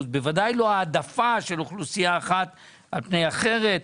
בוודאי לא העדפה של אוכלוסייה אחת על פני אחרת.